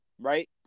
right